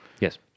Yes